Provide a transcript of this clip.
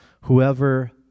Whoever